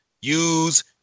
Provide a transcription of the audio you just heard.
use